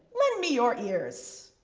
lend me your ears.